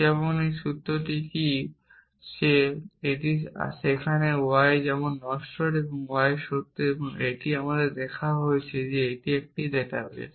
যেমন এই সূত্রটি কি সত্য যে এটি সেখানে y যেমন নশ্বর y সত্য এটিই আমাদের দেওয়া হয়েছে এটি একটি ডাটাবেস